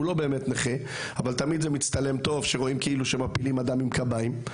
הוא לא באמת נכה אבל זה מצטלם טוב שמראים שמפילים אדם עם קביים.